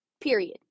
Period